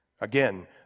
Again